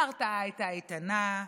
ההרתעה הייתה איתנה,